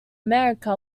america